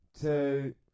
two